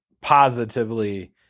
positively